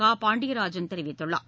க பாண்டியராஜன் தெரிவித்துள்ளார்